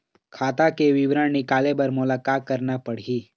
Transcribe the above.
खाता के विवरण निकाले बर मोला का करना पड़ही?